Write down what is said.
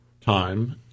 Time